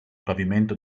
pavimento